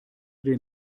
den